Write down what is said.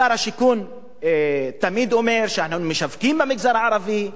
שר השיכון תמיד אומר שמשווקים במגזר הערבי,